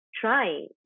trying